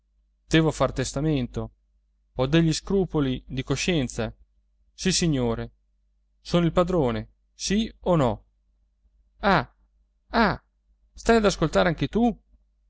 devo far testamento ho degli scrupoli di coscienza sissignore sono il padrone sì o no ah ah stai ad ascoltare anche tu